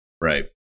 Right